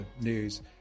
news